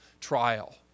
trial